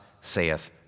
saith